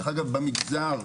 דרך-אגב במגזר,